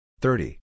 thirty